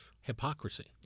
Hypocrisy